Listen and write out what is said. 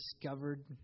discovered